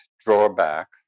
drawback